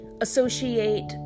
associate